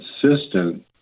consistent